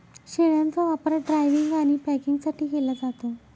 शेळ्यांचा वापर ड्रायव्हिंग आणि पॅकिंगसाठी केला जातो